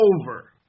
over